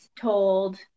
told